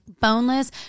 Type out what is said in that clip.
boneless